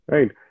Right